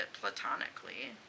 platonically